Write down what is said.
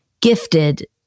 gifted